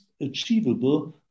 achievable